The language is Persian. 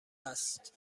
هست